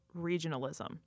regionalism